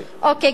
אוקיי,